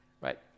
right